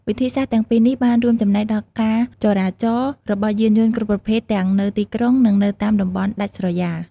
វិធីសាស្រ្តទាំងពីរនេះបានរួមចំណែកដល់ការចរាចរណ៍របស់យានយន្តគ្រប់ប្រភេទទាំងនៅទីក្រុងនិងនៅតាមតំបន់ដាច់ស្រយាល។